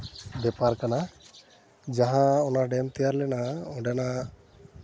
ᱵᱮᱯᱟᱨ ᱠᱟᱱᱟ ᱡᱟᱦᱟᱸ ᱚᱱᱟ ᱰᱮᱢ ᱛᱮᱭᱟᱨ ᱞᱮᱱᱟ ᱚᱸᱰᱮᱱᱟᱜ